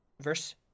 verse